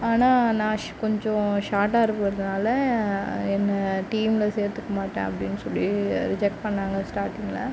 ஆனால் நான் ஸ் கொஞ்சம் ஷார்ட்டாக இருக்கிறதுனால என்னை டீம்மில் சேர்த்துக்க மாட்டேன் அப்படின்னு சொல்லி ரிஜெக்ட் பண்ணாங்க ஸ்டார்ட்டிங்கில்